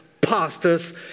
pastors